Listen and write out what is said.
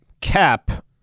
Cap